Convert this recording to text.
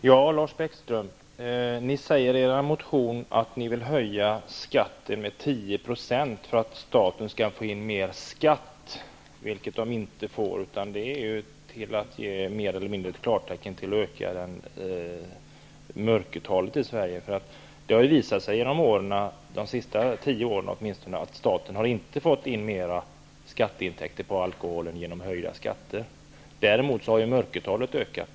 Fru talman! Vänsterpartiet säger i sin motion att man vill höja skatten med 10 % för att staten skall få in mer skatt. Men staten får ju inte inte in mer skatt på detta sätt, utan det innebär ju mer eller mindre att man ger klartecken till en ökning av mörkertalet i Sverige. Det har ju under de senaste tio åren visat sig att staten inte har fått in mer skatteintäkter genom höjda skatter på alkohol. Däremot har mörkertalet ökat.